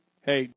Hey